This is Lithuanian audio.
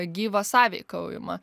gyvą sąveikaujimą